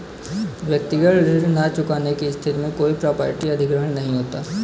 व्यक्तिगत ऋण न चुकाने की स्थिति में कोई प्रॉपर्टी अधिग्रहण नहीं होता